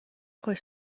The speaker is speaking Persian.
خوش